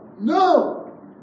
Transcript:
No